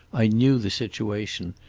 i knew the situation.